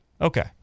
okay